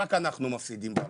רק אנחנו מפסידים בארץ.